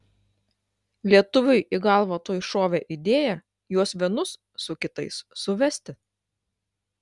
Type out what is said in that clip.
lietuviui į galvą tuoj šovė idėja juos vienus su kitais suvesti